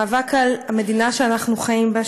מאבק על המדינה שאנחנו חיים בה,